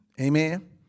Amen